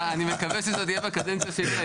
אני מקווה שזה עוד יהיה בקדנציה שלי.